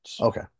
okay